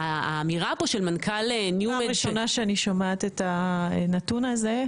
פעם ראשונה שאני שומעת את הנתון הזה.